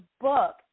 book